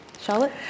Charlotte